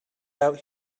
out